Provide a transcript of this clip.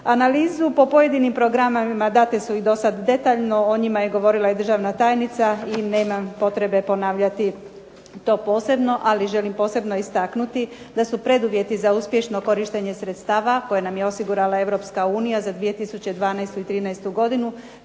Analizu po pojedinim programima date su i do sad detaljno. O njima je govorila i državna tajnica i nemam potrebe ponavljati to posebno. Ali želim posebno istaknuti da su preduvjeti za uspješno korištenje sredstava koje nam je osigurala Europska unija za 2012. i 2013. godinu,